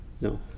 No